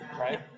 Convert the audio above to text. right